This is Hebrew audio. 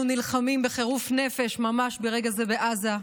נלחמים בחירוף נפש ממש ברגע זה בעזה,